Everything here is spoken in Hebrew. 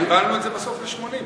הגבלנו את זה בסוף ל-80,